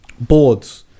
boards